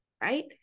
right